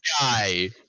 guy